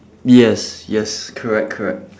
yes yes correct correct